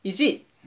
is it